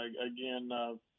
again